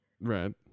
right